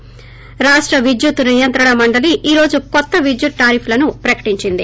ి రాష్ట విద్వుత్ నియంత్రణ మండలి ఈ రోజు కొత్త విద్వుత్ టారిఫ్లను ప్రకటించింది